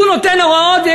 הוא נותן הוראות,